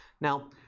Now